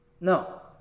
No